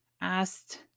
asked